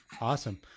Awesome